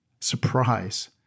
surprise